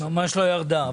ממש לא ירדה.